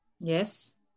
Yes